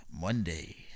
Monday